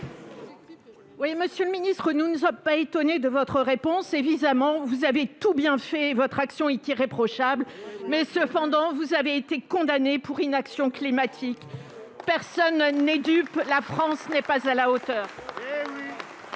Monsieur le ministre, nous ne sommes pas étonnés de votre réponse. Évidemment, vous avez tout bien fait et votre action est irréprochable. Cependant, vous avez été condamnés pour inaction climatique. Personne n'est dupe, la France n'est pas à la hauteur